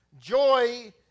joy